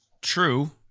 true